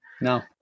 No